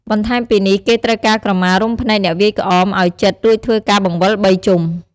បន្ថែមពីនេះ គេត្រូវការក្រមារុំភ្នែកអ្នកវាយក្អម ឱ្យជិតរួចធ្វើការបង្វិល ៣ ជុំ។